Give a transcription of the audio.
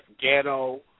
ghetto